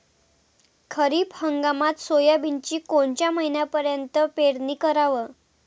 खरीप हंगामात सोयाबीनची कोनच्या महिन्यापर्यंत पेरनी कराव?